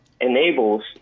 enables